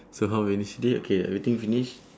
so how many sh~ day okay everything finish